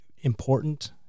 Important